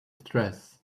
stress